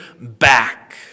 back